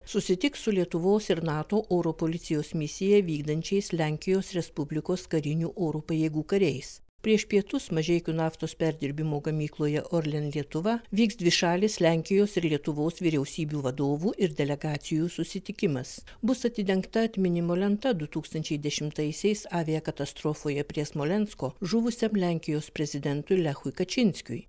susitiks su lietuvos ir nato oro policijos misiją vykdančiais lenkijos respublikos karinių oro pajėgų kariais prieš pietus mažeikių naftos perdirbimo gamykloje orlen lietuva vyks dvišalis lenkijos ir lietuvos vyriausybių vadovų ir delegacijų susitikimas bus atidengta atminimo lenta du tūkstančiai dešimtaisiais aviakatastrofoje prie smolensko žuvusiam lenkijos prezidentui lechui kačinskiui